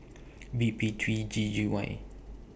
B P three G G Y